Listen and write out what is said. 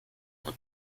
und